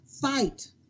fight